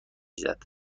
زند